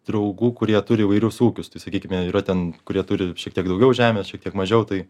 draugų kurie turi įvairius ūkius tai sakykime yra ten kurie turi šiek tiek daugiau žemės šiek tiek mažiau tai